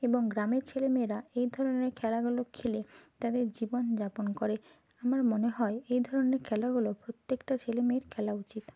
এবং গ্রামের ছেলেমেয়েরা এই ধরনের খেলাগুলো খেলে তাদের জীবন যাপন করে আমার মনে হয় এই ধরনের খেলাগুলো প্রত্যেকটা ছেলেমেয়ের খেলা উচিত